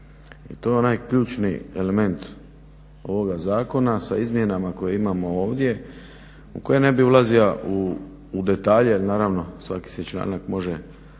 to je onaj ključni element ovoga zakona sa izmjenama koje imamo ovdje u koje ne bi ulazio u detalje naravno jer svaki se članak može